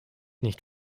nicht